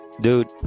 Dude